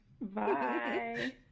bye